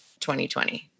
2020